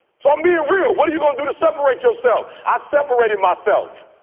so i'm being real. what are you gonna do to separate yourself? i separated myself.